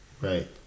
Right